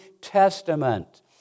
testament